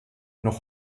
noch